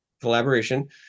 Collaboration